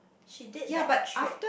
she did that trip